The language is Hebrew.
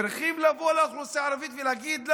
צריכים לבוא לאוכלוסייה הערבית ולהגיד לה: